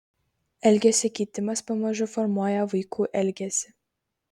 elgesio keitimas pamažu formuoja vaikų elgesį